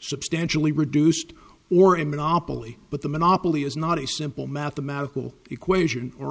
substantially reduced or a monopoly but the monopoly is not a simple mathematical equation or